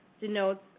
denotes